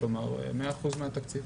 ניתוחי התקציב